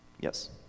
Yes